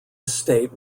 estate